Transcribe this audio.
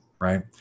right